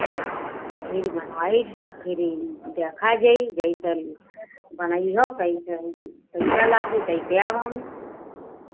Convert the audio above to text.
फिर बनवाई तब फिरि देखा जइही जइसन बनइहो तइसन पैसा लागी ता देव हम